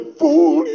fool